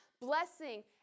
blessing